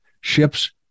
ships